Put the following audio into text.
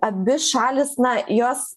abi šalys na jos